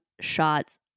shots